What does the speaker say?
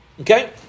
Okay